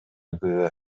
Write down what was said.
күбө